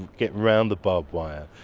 get round the barbed wire,